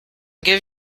give